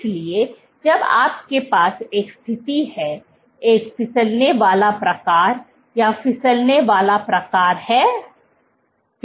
इसलिए जब आपके पास एक स्थिति है एक फिसलने वाला प्रकार क्या फिसलने वाला प्रकार है